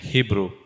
Hebrew